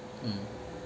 mm